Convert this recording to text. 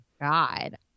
God